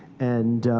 and